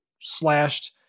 slashed